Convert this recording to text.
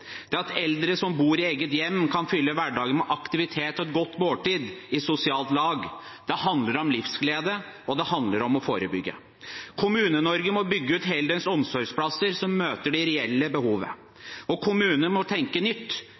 alvor, der eldre som bor i eget hjem, kan fylle hverdagen med aktivitet og et godt måltid i sosialt lag. Det handler om livsglede, og det handler om å forebygge. Kommune-Norge må bygge ut heldøgns omsorgsplasser som møter det reelle behovet. Og kommunene må tenke nytt,